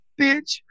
bitch